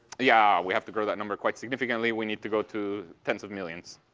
yeah we have to grow that number quite significantly. we need to go to tens of millions.